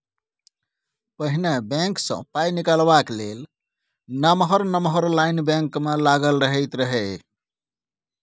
पहिने बैंक सँ पाइ निकालबाक लेल नमहर नमहर लाइन बैंक मे लागल रहैत रहय